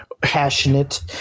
passionate